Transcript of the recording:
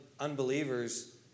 unbelievers